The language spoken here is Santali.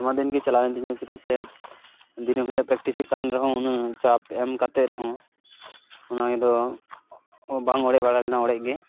ᱟᱭᱢᱟ ᱫᱤᱱ ᱜᱮ ᱪᱟᱞᱟᱣᱮᱱ ᱛᱤᱧᱟᱹ ᱪᱮᱫᱟᱜ ᱥᱮ ᱫᱤᱱᱟᱹᱢ ᱦᱤᱞᱳᱜ ᱯᱨᱮᱠᱴᱤᱥ ᱦᱩᱭᱩᱜ ᱠᱟᱱ ᱨᱮᱦᱚᱸ ᱩᱱᱟᱹᱜ ᱪᱟᱯ ᱮᱢ ᱠᱟᱛᱮᱫ ᱨᱮᱦᱚᱸ ᱚᱱᱟ ᱫᱚ ᱵᱟᱝ ᱚᱲᱮᱡ ᱵᱟᱲᱟ ᱞᱮᱱᱟ ᱚᱲᱮᱡ ᱜᱮ